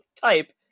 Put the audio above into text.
type